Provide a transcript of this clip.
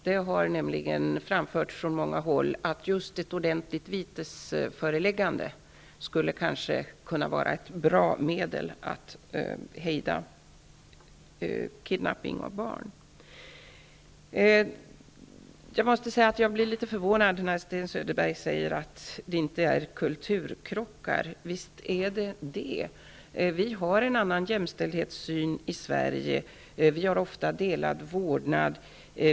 Det har nämligen framförts från många håll att just ett ordentligt vitesföreläggande kanske skulle kunna vara ett bra medel att hejda kidnappningarna av barn. Jag blev litet förvånad när Sten Söderberg sade att det inte är fråga om kulturkrockar. Visst är det det. Vi har i Sverige en annan jämställdhetssyn. Vi har ofta delad vårdnad.